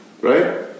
right